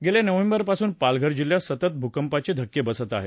गेल्या नोव्हेंबरपासून पालघर जिल्ह्यात सतत भूंकपाचे धक्के बसत आहेत